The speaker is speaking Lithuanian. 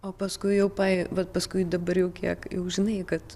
o paskui jau pa vat paskui dabar jau kiek juk žinai kad